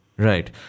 Right